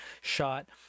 shot